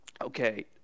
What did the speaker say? Okay